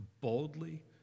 boldly